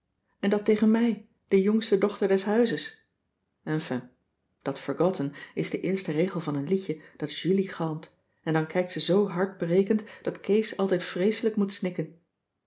en dat tegen mij de jongste dochter des huizes enfin dat forgotten is de eerste regel van een liedje dat julie galmt en dan kijkt ze zoo hartbrekend dat kees altijd vreeselijk moet snikken